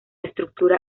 estructura